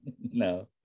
No